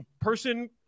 person